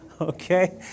Okay